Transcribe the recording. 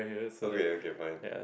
okay okay fine